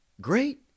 Great